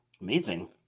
Amazing